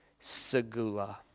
Segula